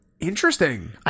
Interesting